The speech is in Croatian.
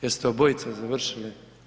Jeste obojica završili?